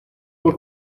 por